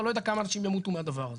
אני לא יודע כמה אנשים ימותו מהדבר הזה.